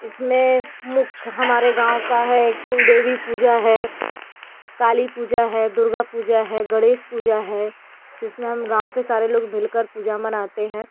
इसमे मुख्य हमारे गाँव का है कुलदेवी पूजा है काली पूजा है दुर्गा पूजा है गणेश पूजा है जिसमे हम गाँव के सारे लोग मिलकर पूजा मनाते हैं